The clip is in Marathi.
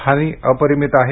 हानी अपरिमित आहे